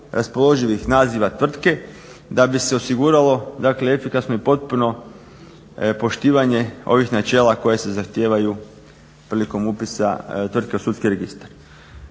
raspoloživih naziva tvrtke da bi se osiguralo dakle efikasno i potpuno poštivanje ovih načela koja se zahtijevaju prilikom upisa tvrtke u sudski registar.